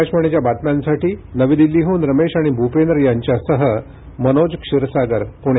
आकाशवाणीच्या बातम्यांसाठी नवी दिल्लीहून रमेश आणि भूपेंद्र यांच्यासह मनोज क्षीरसागर पुणे